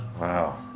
wow